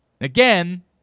Again